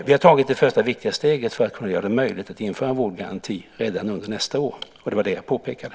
Vi har tagit det första viktiga steget för att göra det möjligt att införa en vårdgaranti redan under nästa år. Det var det jag påpekade.